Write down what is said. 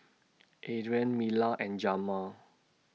Adriene Mila and Jamar